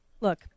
look